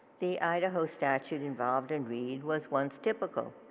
the idaho statue involved in reed was once typical.